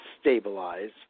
stabilize